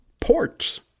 ports